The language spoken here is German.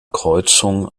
kreuzung